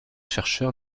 chercheurs